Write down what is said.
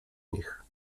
nich